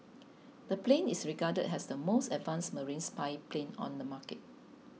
the plane is regarded has the most advanced marine spy plane on the market